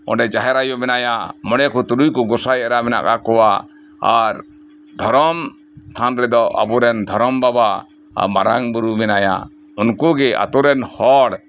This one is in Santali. ᱚᱸᱰᱮ ᱡᱟᱦᱮᱨ ᱟᱭᱩ ᱢᱮᱱᱟᱭᱟ ᱢᱚᱬᱮ ᱠᱚ ᱛᱩᱨᱩᱭ ᱠᱚ ᱜᱚᱸᱥᱟᱭ ᱮᱨᱟ ᱢᱮᱱᱟᱜ ᱠᱟᱜ ᱠᱚᱣᱟ ᱟᱨ ᱫᱷᱚᱨᱚᱢ ᱛᱷᱟᱱ ᱨᱮᱫᱚ ᱟᱵᱚᱨᱮᱱ ᱫᱷᱚᱨᱚᱢ ᱵᱟᱵᱟ ᱟᱨ ᱢᱟᱨᱟᱝ ᱵᱩᱨᱩ ᱢᱮᱱᱟᱭᱟ ᱩᱱᱠᱩᱜᱮ ᱟᱛᱩ ᱨᱮᱱ ᱦᱚᱲ